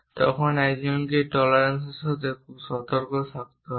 তখন একজনকে এই টলারেন্সস সাথে খুব সতর্ক থাকতে হবে